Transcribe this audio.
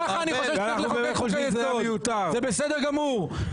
זה בסדר גמור.